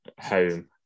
Home